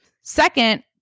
Second